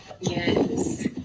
yes